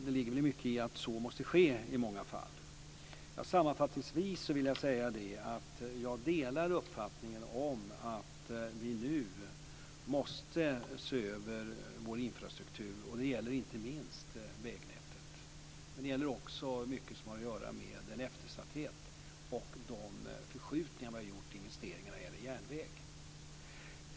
Det ligger mycket i att så måste ske i många fall. Sammanfattningsvis vill jag säga att jag delar uppfattningen att vi nu måste se över vår infrastruktur. Det gäller inte minst vägnätet. Men det gäller också mycket som har att göra med den eftersatthet och den förskjutning vi har gjort i investeringarna när det gäller järnväg.